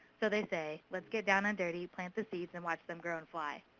so they say, let's get down and dirty. plant the seeds, and watch them grow and fly.